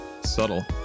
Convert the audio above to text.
Subtle